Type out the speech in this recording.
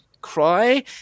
cry